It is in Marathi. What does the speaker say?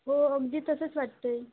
हो अगदी तसंच वाटत आहे